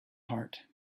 heart